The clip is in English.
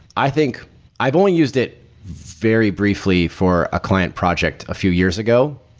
i think i've only used it very briefly for a client project a few years ago,